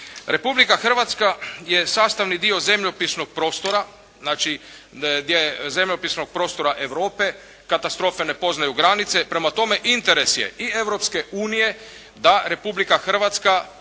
prostora. Znači, zemljopisnog prostora Europe. Katastrofe ne poznaju granice. Prema tome, interes je i Europske unije da Republika Hrvatska